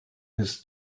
his